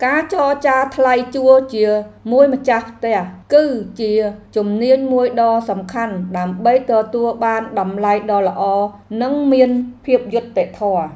ការចរចាថ្លៃជួលជាមួយម្ចាស់ផ្ទះ គឺជាជំនាញមួយដ៏សំខាន់ដើម្បីទទួលបានតម្លៃដ៏ល្អនិងមានភាពយុត្តិធម៌។